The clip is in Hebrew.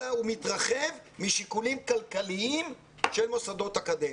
אלא הוא מתרחב משיקולים כלכליים של מוסדות אקדמיים.